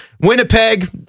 Winnipeg